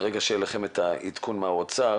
כשיהיה לכם העדכון של משרד האוצר